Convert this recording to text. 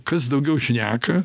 kas daugiau šneka